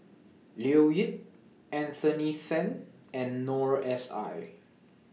Leo Yip Anthony Then and Noor S I